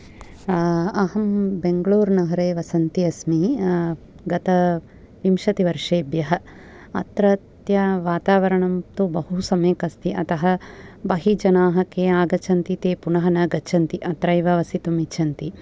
अहं बेङ्गलूरु नगरे वसन्ती अस्मि गत विंशतिवर्षेभ्यः अत्रत्य वातावरणं तु बहु सम्यक् अस्ति अतः बहिर्जनाः के आगच्छन्ति ते पुनः न गच्छन्ति अत्रैव वसितुम् इच्छन्ति